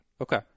Okay